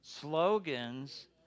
slogans